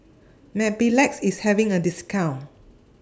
Mepilex IS having A discount